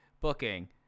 booking